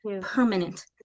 permanent